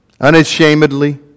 unashamedly